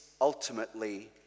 ultimately